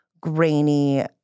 grainy